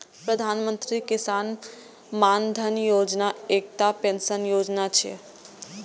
प्रधानमंत्री किसान मानधन योजना एकटा पेंशन योजना छियै